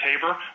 Tabor